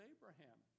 Abraham